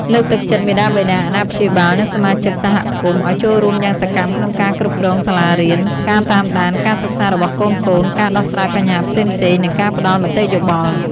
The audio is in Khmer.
លើកទឹកចិត្តមាតាបិតា អាណាព្យាបាល និងសមាជិកសហគមន៍ឱ្យចូលរួមយ៉ាងសកម្មក្នុងការគ្រប់គ្រងសាលារៀន ការតាមដានការសិក្សារបស់កូនៗ ការដោះស្រាយបញ្ហាផ្សេងៗ និងការផ្តល់មតិយោបល់។